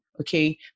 okay